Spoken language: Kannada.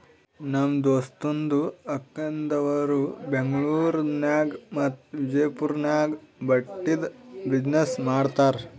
ನಮ್ ದೋಸ್ತದು ಅಕ್ಕಾದೇರು ಬೆಂಗ್ಳೂರ್ ನಾಗ್ ಮತ್ತ ವಿಜಯಪುರ್ ನಾಗ್ ಬಟ್ಟಿದ್ ಬಿಸಿನ್ನೆಸ್ ಮಾಡ್ತಾರ್